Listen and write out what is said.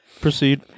Proceed